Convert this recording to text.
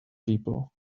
people